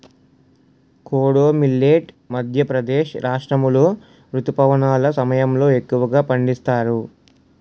kodo millet Madhya Pradesh రాష్ట్రాములో రుతుపవనాల సమయంలో ఎక్కువగా పండిస్తారు